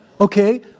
Okay